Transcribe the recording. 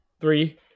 Three